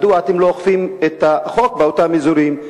מדוע אתם לא אוכפים את החוק באותם אזורים?